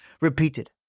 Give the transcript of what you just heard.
repeated